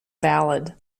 valid